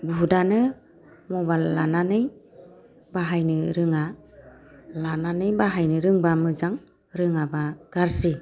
बुहुदआनो मबाइल लानानै बाहायनो रोङा लानानै बाहायनो रोंब्ला मोजां रोङाब्ला गाज्रि